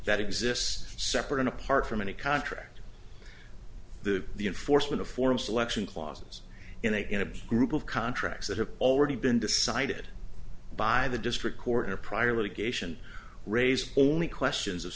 that exists separate and apart from any contract the the enforcement of form selection clauses in a group of contracts that have already been decided by the district court in a prior litigation raise only questions of